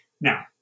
Now